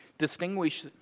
distinguish